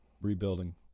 rebuilding